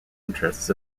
interests